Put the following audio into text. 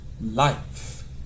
life